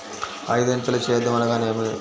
ఐదంచెల సేద్యం అనగా నేమి?